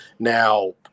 Now